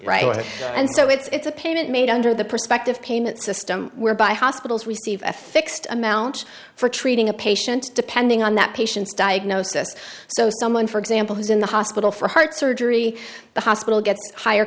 right and so it's a payment made under the perspective payment system whereby hospitals are a fixed amount for treating a patient depending on that patient's diagnosis so someone for example who's in the hospital for heart surgery the hospital gets higher